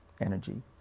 energy